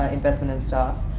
investment and stuff,